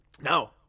No